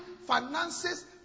finances